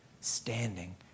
standing